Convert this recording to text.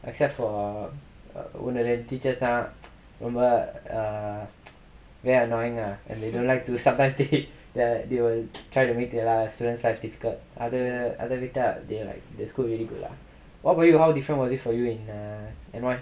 except for err ஒன்னு ரெண்டு:onnu rendu teachers ரொம்ப:romba err very annoying lah and they don't like to sometimes they err they will try to make their student's life difficult அது அது விட்டா:athu athu vittaa they like just go very good lah what about you how different is it for you in err N_Y